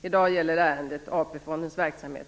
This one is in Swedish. I dag gäller ärendet